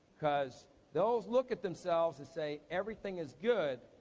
cause they'll look at themselves and say everything is good.